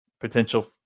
potential